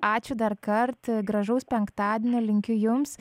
ačiū dar kart gražaus penktadienio linkiu jums